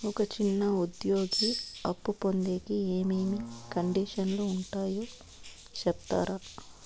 ఒక చిన్న ఉద్యోగి అప్పు పొందేకి ఏమేమి కండిషన్లు ఉంటాయో సెప్తారా?